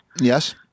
Yes